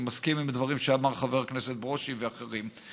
אני מסכים עם הדברים שאמרו חבר הכנסת ברושי ואחרים,